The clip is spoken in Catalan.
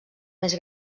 més